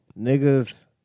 Niggas